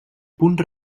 punt